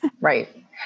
Right